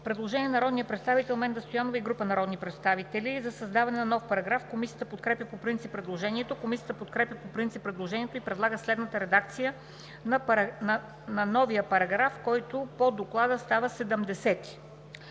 предложение на народния представител Менда Стоянова и група народни представители за създаване на нов параграф. Комисията подкрепя по принцип предложението. Комисията подкрепя по принцип предложението и предлага следната редакция на новия параграф, който по доклада става §